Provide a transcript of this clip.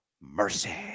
Mercy